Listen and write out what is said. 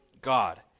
God